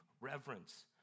reverence